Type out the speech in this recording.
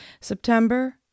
September